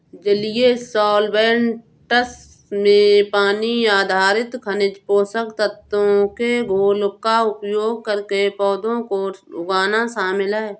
जलीय सॉल्वैंट्स में पानी आधारित खनिज पोषक तत्वों के घोल का उपयोग करके पौधों को उगाना शामिल है